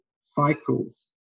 cycles